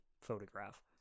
photograph